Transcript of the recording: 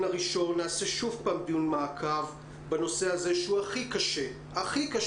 נעשה שוב פעם דיון מעקב בנושא הזה שהוא הכי קשה מכל